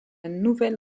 nouvelle